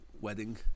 wedding